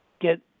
get